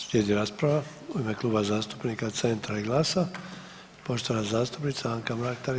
Slijedi rasprava u ime Kluba zastupnika Centra i GLAS-a, poštovana zastupnica Anka Mrak-